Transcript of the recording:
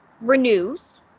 renews